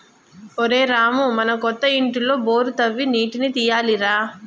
ఒరేయ్ రామూ మన కొత్త ఇంటిలో బోరు తవ్వి నీటిని తీయాలి రా